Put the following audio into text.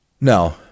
No